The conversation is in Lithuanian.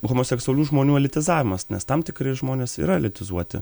homoseksualių žmonių elitizavimas nes tam tikri žmonės yra elitizuoti